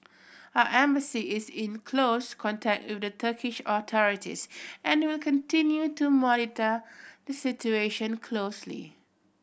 our Embassy is in close contact with the Turkish authorities and will continue to monitor the situation closely